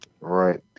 Right